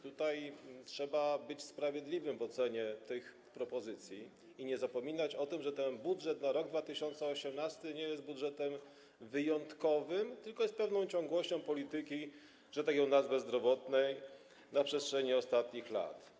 Trzeba być sprawiedliwym w ocenie tych propozycji i nie należy zapominać o tym, że ten budżet na rok 2018 nie jest budżetem wyjątkowym, tylko jest wynikiem pewnej ciągłości polityki, że tak ją nazwę, zdrowotnej na przestrzeni ostatnich lat.